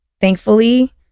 thankfully